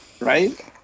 right